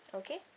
okay